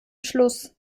schluss